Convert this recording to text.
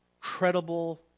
credible